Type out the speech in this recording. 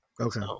Okay